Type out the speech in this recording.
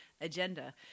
agenda